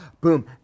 Boom